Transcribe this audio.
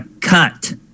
cut